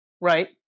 Right